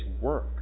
work